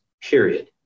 period